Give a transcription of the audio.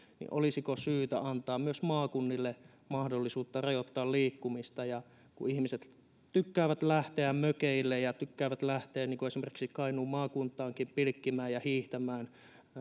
niin olisiko syytä antaa myös maakunnille mahdollisuutta rajoittaa liikkumista ihmiset tykkäävät lähteä mökeille ja ja tykkäävät lähteä niin kuin esimerkiksi kainuun maakuntaankin pilkkimään ja hiihtämään